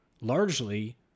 largely